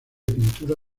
pintura